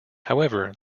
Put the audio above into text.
however